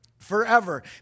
forever